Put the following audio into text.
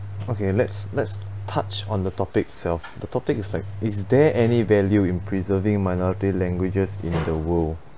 okay let's let's touched on the topic itself the topic is like is there any value in preserving minority languages in the world